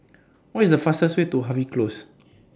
What IS The fastest Way to Harvey Close